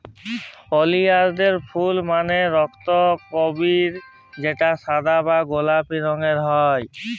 ওলিয়ালদের ফুল মালে রক্তকরবী যেটা সাদা বা গোলাপি রঙের হ্যয়